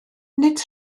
nid